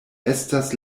estas